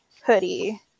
hoodie